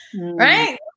Right